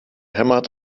hämmert